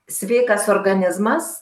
sveikas organizmas